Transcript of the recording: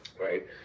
right